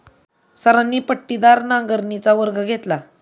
सरांनी पट्टीदार नांगरणीचा वर्ग घेतला